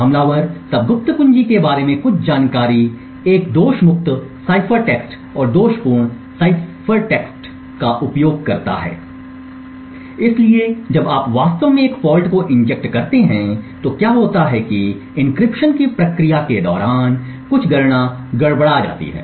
हमलावर तब गुप्त कुंजी के बारे में कुछ जानकारी में एक दोष मुक्त साइफर टेक्स्ट और दोषपूर्ण साइफर टेक्स्ट का उपयोग करता है इसलिए जब आप वास्तव में एक फॉल्ट को इंजेक्ट करते हैं तो क्या होता है कि एन्क्रिप्शन की प्रक्रिया के दौरान कुछ गणना गड़बड़ा जाती है